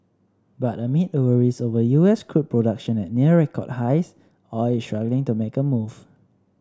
but amid worries over U S crude production at near record highs oil is struggling to make a move